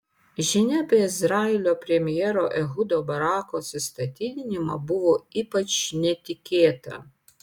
žinia apie izraelio premjero ehudo barako atsistatydinimą buvo ypač netikėta